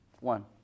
one